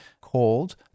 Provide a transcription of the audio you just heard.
called